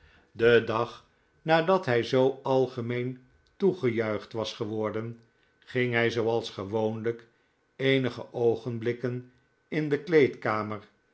den dag nadat hij zoo algemeen toegejuicht was geworden ging hy zooals gewoonlijk eenige oogenblikken in de kleedkamer